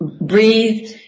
breathe